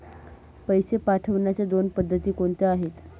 पैसे पाठवण्याच्या दोन पद्धती कोणत्या आहेत?